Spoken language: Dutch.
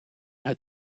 uit